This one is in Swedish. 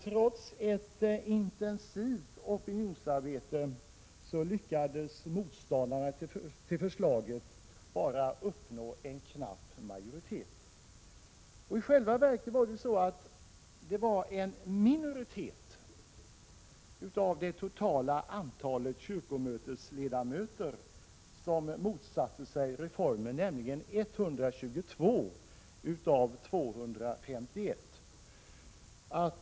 Trots ett intensivt opinionsarbete lyckades motståndarna till förslaget bara uppnå en knapp majoritet. I själva verket var det en minoritet av det totala antalet kyrkomötesledamöter som motsatte sig reformen, nämligen 122 av 251 ledamöter.